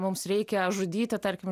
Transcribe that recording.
mums reikia žudyti tarkim